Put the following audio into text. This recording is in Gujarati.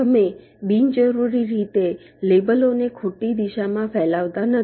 તમે બિનજરૂરી રીતે લેબલોને ખોટી દિશામાં ફેલાવતા નથી